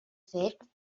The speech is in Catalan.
fet